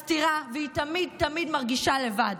מסתירה, והיא תמיד תמיד מרגישה לבד.